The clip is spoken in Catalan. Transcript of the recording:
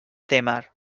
témer